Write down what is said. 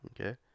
Okay